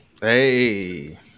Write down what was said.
Hey